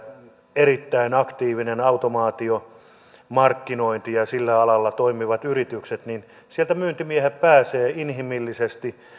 erittäin aktiivinen automaatiomarkkinointi ja ja sillä alalla toimivat yritykset niin sieltä myyntimiehet pääsevät inhimillisesti